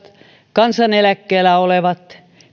kansaneläkkeellä olevia